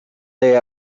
day